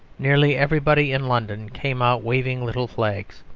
nearly everybody in london came out waving little flags.